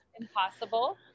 impossible